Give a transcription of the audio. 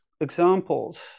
examples